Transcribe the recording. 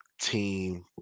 Team